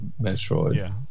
Metroid